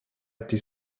été